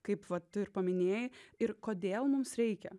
kaipva tu ir paminėjai ir kodėl mums reikia